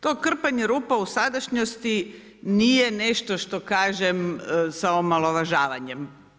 To krpanje rupa u sadašnjosti nije nešto što kažem sa omalovažavanjem.